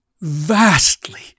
vastly